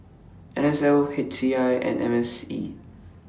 N S L H C I and M C E